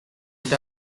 died